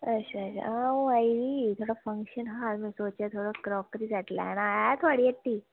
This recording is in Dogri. आं अंऊ आई ही थोह्ड़ा फंक्शन हा ते में सोचेआ थोह्ड़ा प्रॉफ्ट बगैरा लैना हा ऐ थुआढ़ी हट्टी